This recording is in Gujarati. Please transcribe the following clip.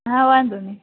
હા વાંધો નહીં